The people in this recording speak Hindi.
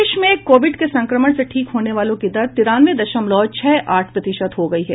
देश में कोविड के संक्रमण से ठीक होने की दर तिरानवे दशमलव छह आठ प्रतिशत हो गई है